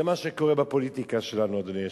זה מה שקורה בפוליטיקה שלנו, אדוני היושב-ראש.